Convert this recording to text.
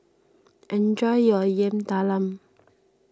enjoy your Yam Talam